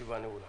הישיבה ננעלה